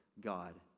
God